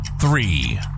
three